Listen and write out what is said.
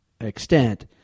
extent